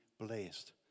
blessed